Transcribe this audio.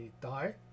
die